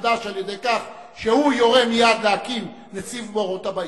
מחדש על-ידי כך שהוא יורה מייד להקים נציב הדורות הבאים.